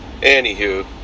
anywho